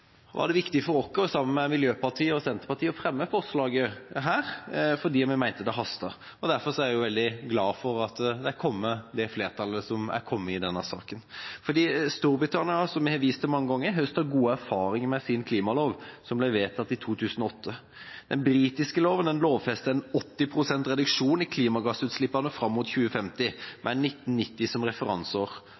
var sterkt imot det. Derfor var det viktig for oss, sammen med Miljøpartiet De Grønne og Senterpartiet, å fremme forslaget her fordi vi mente det hastet. Derfor er jeg veldig glad for at det er blitt et flertall i denne saken. Storbritannia, som jeg har vist til mange ganger, høster gode erfaringer med sin klimalov, som ble vedtatt i 2008. Den britiske loven lovfester 80 pst. reduksjon i klimagassutslippene fram mot 2050, med 1990 som referanseår.